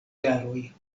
jaroj